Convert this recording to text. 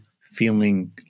feeling